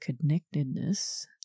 connectedness